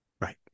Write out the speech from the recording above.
Right